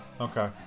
Okay